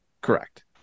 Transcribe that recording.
Correct